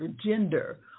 gender